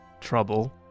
trouble